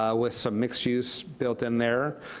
ah with some mixed use built in there.